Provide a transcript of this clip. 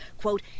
Quote